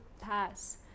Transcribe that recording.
pass